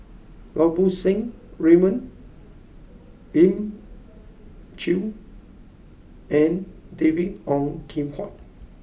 Lau Poo Seng Raymond Elim Chew and David Ong Kim Huat